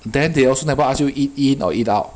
then they also never ask you eat in or eat out